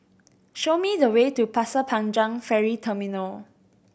show me the way to Pasir Panjang Ferry Terminal